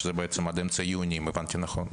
אלו המענים שהמוקד נותן.